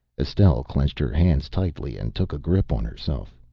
estelle clenched her hands tightly and took a grip on herself.